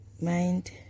mind